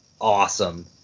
awesome